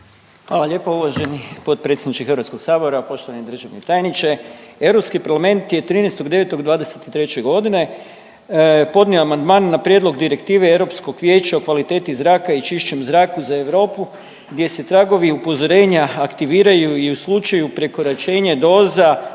Hvala lijepo uvaženi potpredsjedniče Hrvatskog sabora. Poštovani državni tajniče, Europski parlament je 18.09.'23. godine podnio amandman na prijedlog direktive Europskog vijeća o kvaliteti zraka i čišćem zraku za Europu gdje se tragovi upozorenja aktiviraju i u slučaju prekoračenja doza